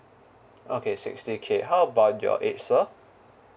okay sixty K how about your age sir